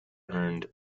earned